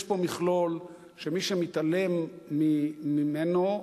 יש פה מכלול שמי שמתעלם ממנו,